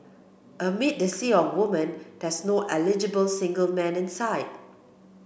amid the sea of women there's no eligible single man in sight